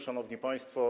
Szanowni Państwo!